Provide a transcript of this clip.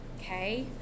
okay